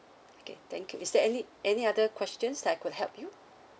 okay thank you is there any any other questions that I could help you